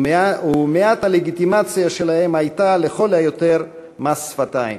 ומעט הלגיטימציה שלהם הייתה לכל היותר מס שפתיים.